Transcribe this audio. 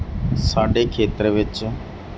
ਸਾਡੇ ਖੇਤਰ ਵਿੱਚ